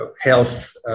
health